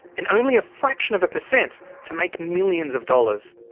and only a fraction of a percent, to make millions of dollars.